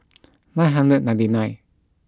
nine hundred ninety nine